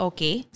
Okay